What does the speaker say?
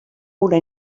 una